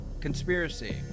conspiracy